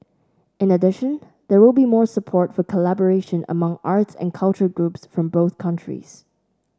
in addition there will be more support for collaboration among arts and culture groups from both countries